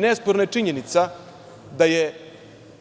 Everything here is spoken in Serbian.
Nesporna je činjenica da